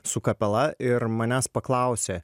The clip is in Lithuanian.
su kapela ir manęs paklausė